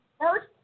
first